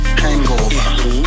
Hangover